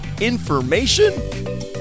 information